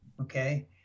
okay